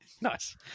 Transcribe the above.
Nice